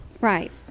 Right